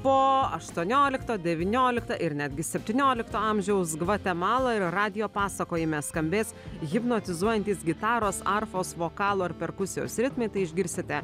po aštuoniolikto devynioliktą ir netgi septyniolikto amžiaus gvatemalą ir radijo pasakojime skambės hipnotizuojantys gitaros arfos vokalo ar perkusijos ritmai išgirsite